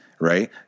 Right